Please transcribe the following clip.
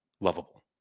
lovable